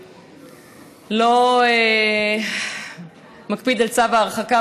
לא מקפיד על צו ההרחקה,